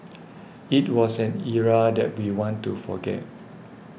it was an era that we want to forget